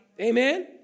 Amen